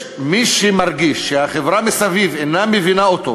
כאשר יש מי שמרגיש שהחברה מסביב אינה מבינה אותו,